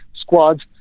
squads